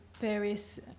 various